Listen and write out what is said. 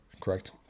correct